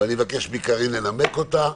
ואני אבקש מקארין לנמק אותה.